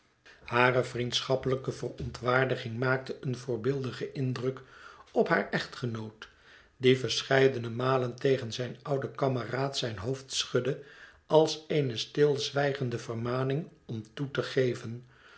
hare vriendschappelijke verontwaardiging maakte een voorbeeldigen indruk op haar echtgenoot die verscheidene malen tegen zijn ouden kameraad zijn hoofd schudde als eene stilzwijgende vermaning om te te geven